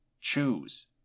Choose